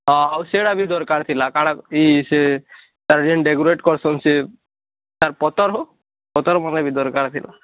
ହଁ ଆଉ ସେଇଟା ବି ଦରକାର ଥିଲା କାଣା କି ସେ ତାର ଯେନ୍ ଡେକୋରେସନ୍ କରିସନ୍ ସେ ତାର୍ ପତର୍ ହୋ ପତର୍ମାନେ ବି ଦରକାର ଥିଲା